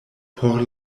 por